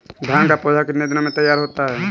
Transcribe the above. धान का पौधा कितने दिनों में तैयार होता है?